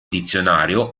dizionario